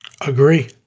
Agree